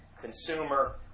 consumer